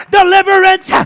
deliverance